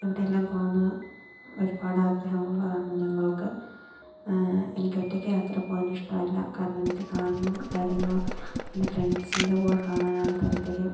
ഇവിടെയെല്ലാം പോകണം എന്ന് ഒരുപാട് ആഗ്രഹമുള്ളതാണ് ഞങ്ങൾക്ക് എനിക്കൊറ്റയ്ക്ക് യാത്ര പോവാൻ ഇഷ്ടമല്ല കാരണമെനിക്ക് കാണുന്ന കാര്യങ്ങൾ എന്റെ ഫ്രണ്ട്സിന്റെ കൂടെ കാണാനാണ് താൽപര്യം